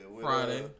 Friday